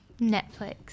Netflix